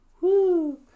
Woo